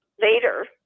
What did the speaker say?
Later